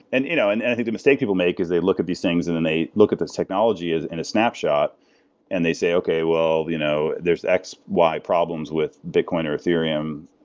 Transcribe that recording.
and you know and and think the mistake people make is they look at these things and then they look at this technology in a snapshot and they say, okay. well, you know there's x, y problems with bitcoin or ethereum.